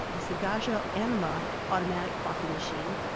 it's the gaggia anima automatic coffee machine.